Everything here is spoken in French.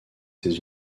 états